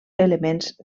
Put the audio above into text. elements